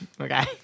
Okay